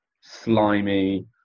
slimy